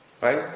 right